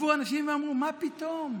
ישבו אנשים ואמרו: מה פתאום?